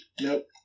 Nope